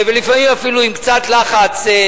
ולפעמים אפילו עם קצת לחץ,